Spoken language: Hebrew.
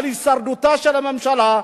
אל הישרדותה של הממשלה,